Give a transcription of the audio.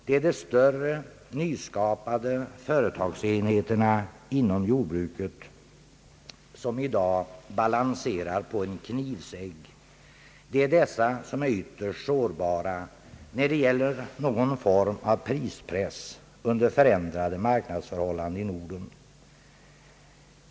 Det är de större, nyskapade företagsenheterna inom jordbruket som i dag balanserar på en knivsegg. Det är dessa som är ytterst sårbara när det gäller någon form av prispress under förändrade marknadsförhållanden i Norden.